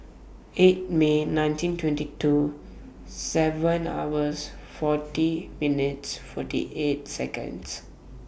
eight May nineteen twenty two seven hours forty minutes forty eight Seconds